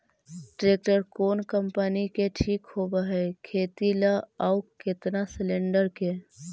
Tractor कोन company के ठीक होब है खेती ल औ केतना सलेणडर के?